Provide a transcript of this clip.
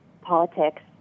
politics